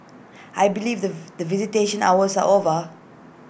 I believe the the visitation hours are over